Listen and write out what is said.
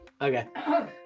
Okay